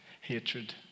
hatred